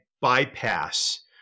bypass